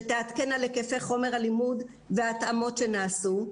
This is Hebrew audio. שתעדכן על היקפי חומר הלימוד וההתאמות שנעשו.